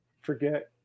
forget